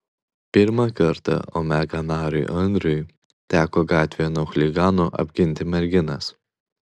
pirmą kartą omega nariui andriui teko gatvėje nuo chuliganų apginti merginas